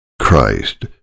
Christ